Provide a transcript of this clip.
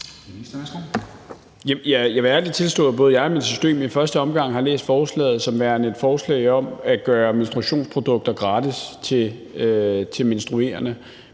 Jeg vil ærligt tilstå, at både jeg og mit system i første omgang har læst forslaget som værende et forslag om at gøre menstruationsprodukter gratis til menstruerende,